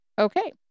Okay